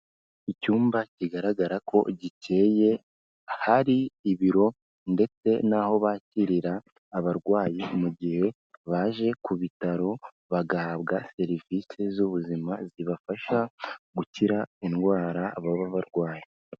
Icyumba kigaragara ko gikeye hari ibiro ndetse n'aho bakirira abarwayi mu gihe baje ku bitaro bagahabwa serivisi z'ubuzima zibafasha gukira indwara baba barwaye.